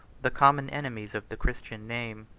the common enemies of the christian name.